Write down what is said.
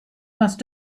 must